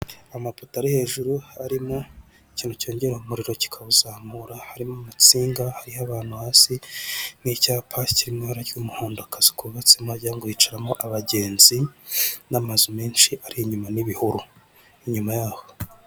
Amapoto ari hejuru, harimo ikintu cyongera umuriro kikawuzamura, harimo amasinga, hariho abantu benshi hasi, n'icyapa cy'umuhonda cy'akazu kubatse wagira ngo hicaramo abagenzi, n'amazu menshi ari inyuma n'ibihuru inyuma yaho.